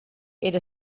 era